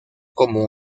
como